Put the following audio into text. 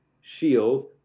Shields